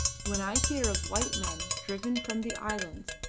when i hear of white men driven from the islands,